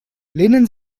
lehnen